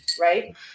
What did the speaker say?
right